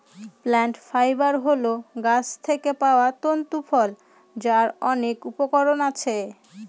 plant fibre হল গাছ থেকে পাওয়া তন্তু ফল যার অনেক উপকরণ আছে